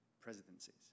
presidencies